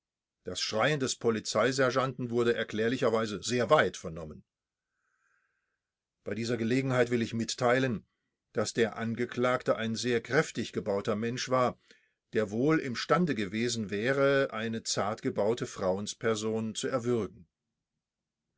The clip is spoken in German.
das schreien des polizeisergeanten wurde erklärlicherweise sehr weit vernommen bei dieser gelegenheit will ich mitteilen daß der angeklagte ein sehr kräftig gebauter mensch war der wohl imstande gewesen wäre eine zartgebaute frauensperson zu erwürgen